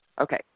Okay